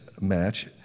match